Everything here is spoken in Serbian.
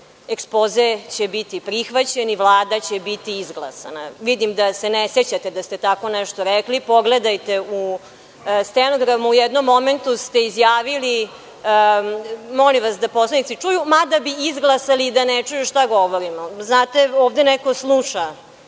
ekspoze će biti prihvaćen i Vlada će biti izglasana. Vidim da se ne sećate da ste tako nešto rekli, pogledajte u stenogramu. U jednom momentu ste izjavili - molim vas da poslanici čuju, mada bi izglasali da ne čuju šta govorim. Znate, ovde neko sluša